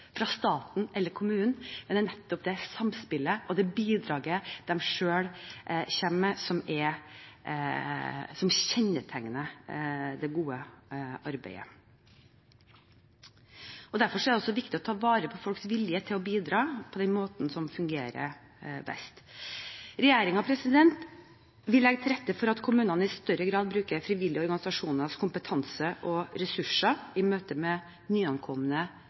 fra staten eller kommunen, men det er nettopp det samspillet og det bidraget de selv kommer med, som kjennetegner det gode arbeidet. Derfor er det også viktig å ta vare på folks vilje til å bidra på den måten som fungerer best. Regjeringen legger til rette for at kommunene i større grad bruker frivillige organisasjoners kompetanse og ressurser i møte med nyankomne